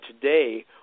today